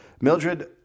Mildred